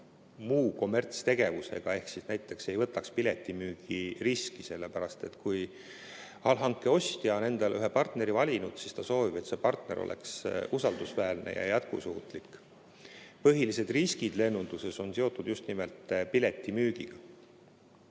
muu kommertstegevusega ehk näiteks ei võtaks piletimüügiriski, sellepärast et kui allhanke ostja on endale ühe partneri valinud, siis ta soovib, et see partner oleks usaldusväärne ja jätkusuutlik. Põhilised riskid lennunduses on seotud just nimelt piletimüügiga.